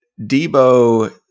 Debo